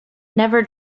never